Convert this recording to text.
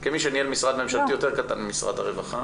כמי שניהל משרד ממשלתי יותר קטן ממשרד הרווחה,